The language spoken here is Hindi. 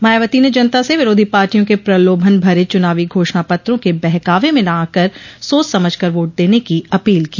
मायावती ने जनता से विरोधी पार्टियों के प्रलोभन भरे चुनावी घोषणा पत्रों के बहकावे में न आकर सोच समझ कर वोट देने की अपील की